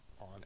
on